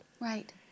Right